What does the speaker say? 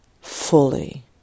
fully